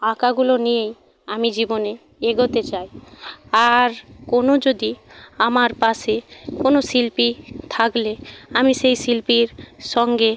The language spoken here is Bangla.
আঁকাগুলো নিয়েই আমি জীবনে এগোতে চাই আর কোনো যদি আমার পাশে কোনো শিল্পী থাকলে আমি সেই শিল্পীর সঙ্গে